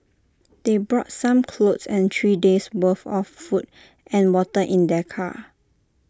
they brought some clothes and three days' worth of food and water in their car